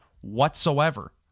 whatsoever